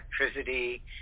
electricity